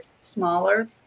smaller